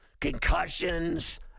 concussions